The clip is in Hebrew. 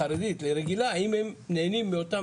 חרדית לרגילה האם הם נהנים מאותם